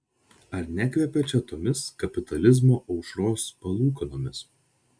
ar nekvepia čia tomis kapitalizmo aušros palūkanomis